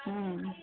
ହୁଁ